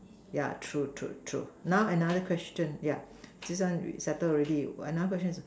yeah true true true now another question yeah this one we settled already another question is